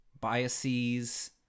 biases